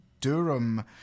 Durham